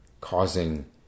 causing